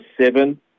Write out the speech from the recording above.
seven